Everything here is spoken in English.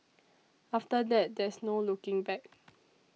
after that there's no looking back